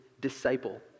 disciple